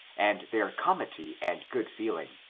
and their comity and good feeling.